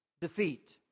defeat